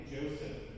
Joseph